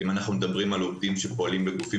אם אנחנו מדברים על עובדים שפועלים בגופים